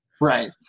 right